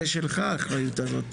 זה שלך האחריות הזאת,